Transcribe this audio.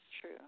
true